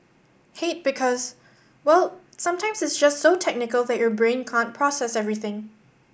hate because well sometimes it's just so technical that your brain can't process everything